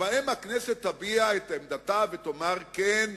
שבהן הכנסת תביע את עמדתה ותאמר: כן,